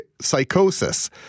psychosis